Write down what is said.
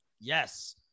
yes